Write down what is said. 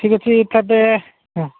ଠିକ୍ ଅଛି କେବେ ହଁ